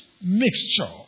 mixture